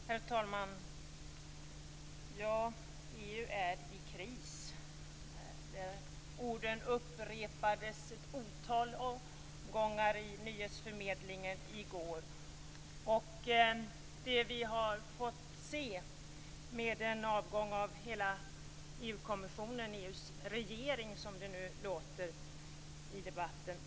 Herr talman! EU är i kris. De orden upprepades ett otal gånger i nyhetsförmedlingen i går. Vi har fått se en avgång av hela EU-kommissionen, eller EU:s regering, som det nu talas om i debatten.